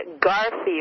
Garfield